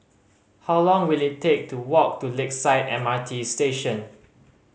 how long will it take to walk to Lakeside M R T Station